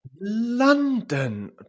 London